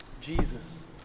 Jesus